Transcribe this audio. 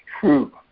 true